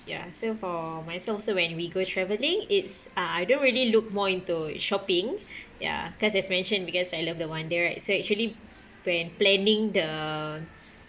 ya so for myself also when we go travelling it's uh I don't really look more into shopping ya because as mentioned because I love the wonder right so actually when planning the